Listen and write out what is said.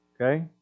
Okay